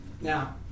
Now